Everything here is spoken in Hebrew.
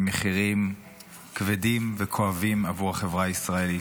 עם מחירים כבדים וכואבים עבור החבר הישראלית.